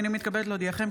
הינני מתכבדת להודיעכם,